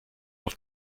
auf